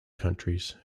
countries